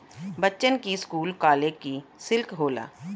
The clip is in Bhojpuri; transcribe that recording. बच्चन की स्कूल कालेग की सिल्क होला